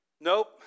Nope